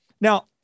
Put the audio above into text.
Now